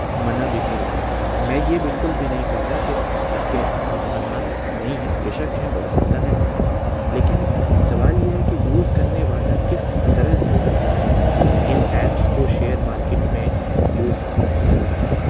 منع بھی کر رہے میں یہ بالکل بھی نہیں کہتا کہ اس کے نقصانات نہیں ہیں بیشک ہیں بہت زیادہ ہیں لیکن سوال یہ ہے کہ یوز کرنے والا کس طرح سے ان ایپس کو شیئر مارکیٹ میں یوز کر رہا ہے